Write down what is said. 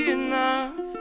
enough